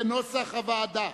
כנוסח הוועדה.